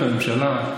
הוא עובר את הממשלה,